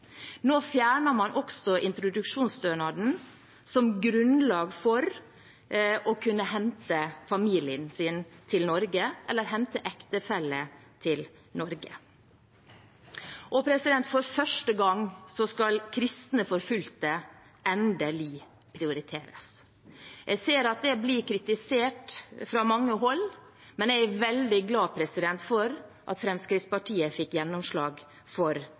Nå fjerner man også introduksjonsstønaden som grunnlag for å kunne få familien sin til Norge eller hente ektefelle til Norge. For første gang skal kristne forfulgte endelig prioriteres. Jeg ser at det blir kritisert fra mange hold, men jeg er veldig glad for at Fremskrittspartiet fikk gjennomslag for